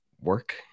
work